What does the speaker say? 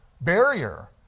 barrier